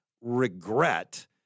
regret